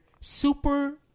super